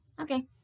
Okay